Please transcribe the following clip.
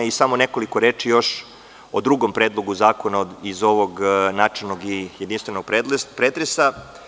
Još samo nekoliko reči o drugom predlogu zakona iz ovog načelnog i jedinstvenog pretresa.